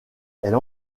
elle